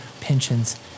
pensions